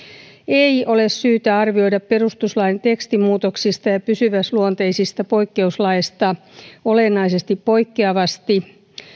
ei ole syytä arvioida perustuslain tekstimuutoksista ja ja pysyväisluonteisista poikkeuslaeista olennaisesti poikkeavasti